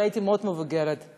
המורה, זה לא אני.